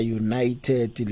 united